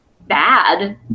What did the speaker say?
bad